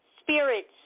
Spirits